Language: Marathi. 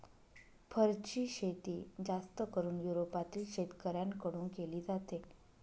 फरची शेती जास्त करून युरोपातील शेतकऱ्यांन कडून केली जाते